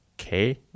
okay